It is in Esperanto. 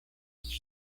kiam